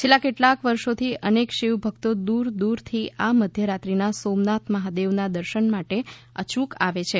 છેલ્લા કેટલાય વર્ષોથી અનેક શિવભકતો દૂર દૂરથી આ મધ્યરાત્રીના સોમનાથ મહાદેવ ના દર્શન માટે અયૂક આવે છે